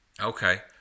Okay